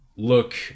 Look